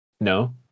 No